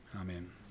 Amen